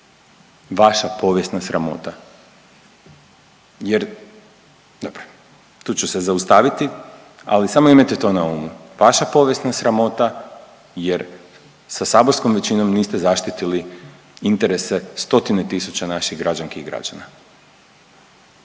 vaša povijesna sramota jer, dobro, tu ću se zaustaviti ali samo imajte to na umu. Vaša povijesna sramota jer sa saborskom većinom niste zaštitili interese stotine naših građanki i građana.